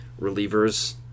relievers